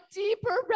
deeper